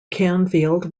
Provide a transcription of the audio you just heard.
canfield